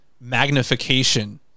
magnification